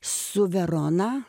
su verona